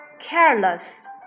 Careless